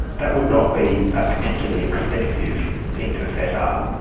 that would not be a particularly expensive thing to set up,